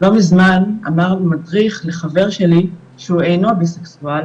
לא מזמן אמר מדריך לחבר שלי שהוא אינו ביסקסואל